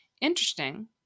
Interesting